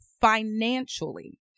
financially